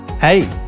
hey